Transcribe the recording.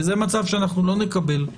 וזה מצב שאנחנו לא נקבל.